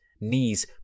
knees